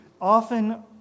often